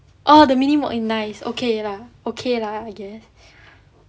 oh the mini wok nice okay lah okay lah I guess